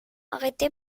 arrêté